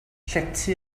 llety